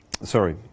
Sorry